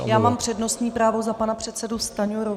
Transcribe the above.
Já mám přednostní právo za pana předsedu Stanjuru.